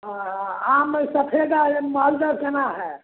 अँ अँ आम सफेदा अइ मालदह कोना हइ